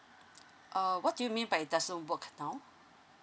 uh what do you mean by doesn't work now